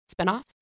spinoffs